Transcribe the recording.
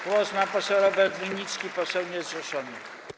Głos ma poseł Robert Winnicki, poseł niezrzeszony.